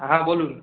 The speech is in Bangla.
হ্যাঁ বলুন